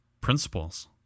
principles